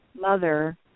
mother